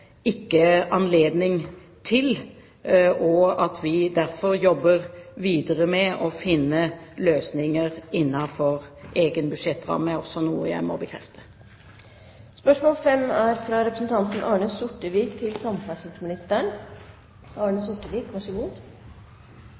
ikke anledning til. At vi derfor jobber videre med å finne løsninger innenfor egen budsjettramme, er også noe jeg må bekrefte. Spørsmålet er som følger: «Det er